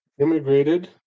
immigrated